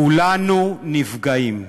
כולנו נפגעים.